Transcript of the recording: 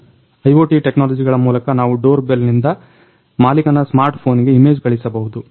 IoT ಟೆಕ್ನಾಲಜಿಗಳ ಮೂಲಕ ನಾವು ಡೋರ್ ಬೆಲ್ನಿಂದ ಮಾಲಿಕನ ಸ್ಮಾರ್ಟ್ಫೋನಿಗೆ ಇಮೇಜ್ ಕಳಿಸಬಹುದು